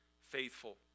faithful